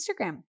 Instagram